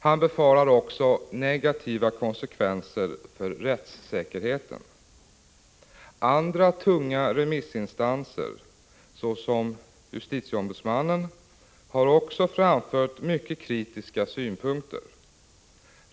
Han befarar också negativa konsekvenser för rättssäkerheten. Andra tunga remissinstanser såsom JO har också framfört mycket kritiska synpunkter.